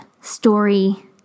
story